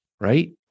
right